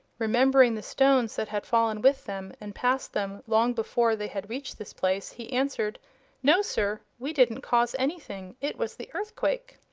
remembering the stones that had fallen with them and passed them long before they had reached this place, he answered no, sir we didn't cause anything. it was the earthquake.